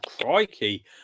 crikey